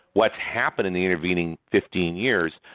what happened in the intervening fifteen years,